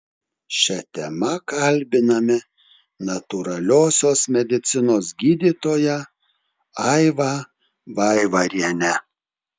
šia tema kalbiname natūraliosios medicinos gydytoją aivą vaivarienę